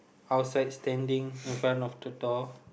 outside standing in front of the door